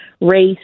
race